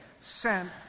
sent